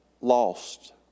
lost